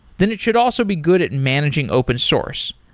then it should also be good at managing open source.